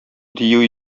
дию